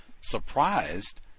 surprised